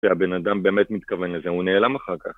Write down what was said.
והבן אדם באמת מתכוון לזה, הוא נעלם אחר כך.